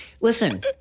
listen